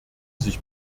sich